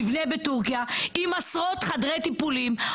מבנה בטורקיה, עם עשרות חדרי טיפולים.